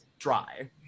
Dry